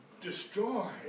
destroy